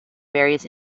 various